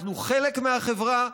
אנחנו חלק מהחברה.